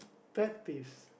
pet peeves